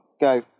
go